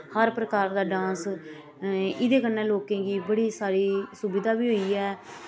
हर प्रकार दा डांस एह्दे कन्नै लोकें गी बड़ी सारी सुविधा बी होई ऐ